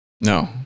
No